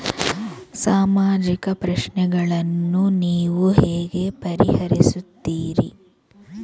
ಸಾಮಾಜಿಕ ಪ್ರಶ್ನೆಗಳನ್ನು ನೀವು ಹೇಗೆ ಪರಿಹರಿಸುತ್ತೀರಿ?